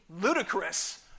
ludicrous